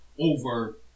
over